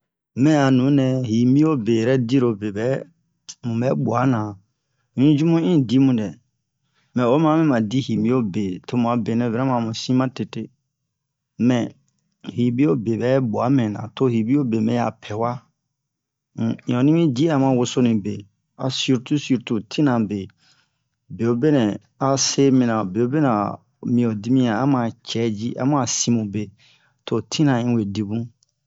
mɛ a nunɛ yibio be yɛrɛ diro be bɛ mu bɛ bua na un jumu pn dimu dɛ mɛ o ma ame ma di yibio be tomu a be nɛ vraiment mu sin ma tete mɛ yibio be bɛ bua mɛ na to yibio be mɛ ha pɛwa um in oni mi jia ma wosonu be a surtout surtout tina be bewo benɛ a se mi na bewo benɛ a mi ho dimiyan ama cɛ ji amu a simu be to tina uwe di bu